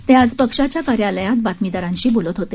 ते आज पक्षाच्या कार्यालयात बातमीदारांशी बोलत होते